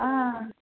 आं